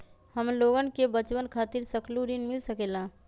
हमलोगन के बचवन खातीर सकलू ऋण मिल सकेला?